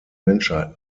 menschheit